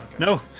no,